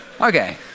Okay